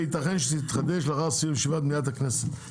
וייתכן שהיא תתחדש לאחר סיום ישיבת מליאת הכנסת.